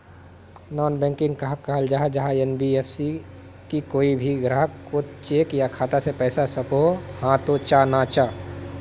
Non banking कहाक कहाल जाहा जाहा एन.बी.एफ.सी की कोई भी ग्राहक कोत चेक या खाता से पैसा सकोहो, हाँ तो चाँ ना चाँ?